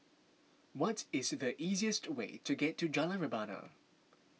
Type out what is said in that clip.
what is the easiest way to get to Jalan Rebana